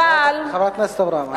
חברת הכנסת אברהם.